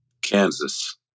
Kansas